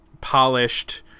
polished